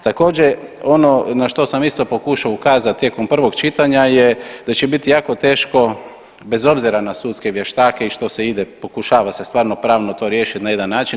Također ono na što sam isto pokušao ukazati tijekom prvog čitanja je da će biti jako teško bez obzira na sudske vještake i što se ide, pokušava se stvarno pravno to riješiti na jedan način.